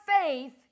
faith